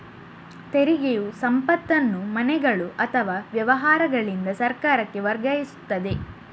ತೆರಿಗೆಯು ಸಂಪತ್ತನ್ನು ಮನೆಗಳು ಅಥವಾ ವ್ಯವಹಾರಗಳಿಂದ ಸರ್ಕಾರಕ್ಕೆ ವರ್ಗಾಯಿಸುತ್ತದೆ